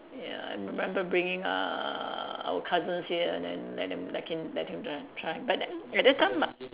ya I remember bringing uh our cousins here and then let them let him let him join try and then at that time